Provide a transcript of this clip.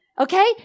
Okay